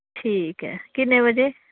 ठीक ऐ किन्ने बज़े